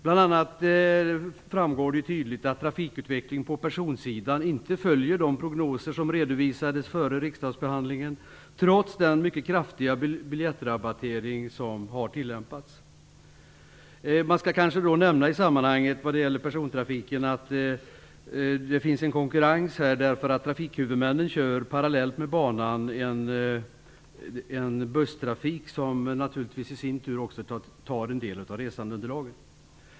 Det framgår bl.a. tydligt att trafikutvecklingen på personsidan inte följer de prognoser som redovisades före riksdagsbehandlingen trots den mycket kraftiga biljettrabattering som har tillämpats. När det gäller persontrafiken skall man kanske nämna att det finns en viss konkurrens eftersom trafikhuvudmännen kör busstrafik parallellt med banan. Det tar naturligtvis en del av resandeunderlaget.